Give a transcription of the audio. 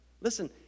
listen